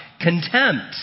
contempt